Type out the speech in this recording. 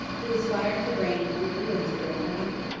who aspired to reign on the ruins of their country.